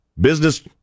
business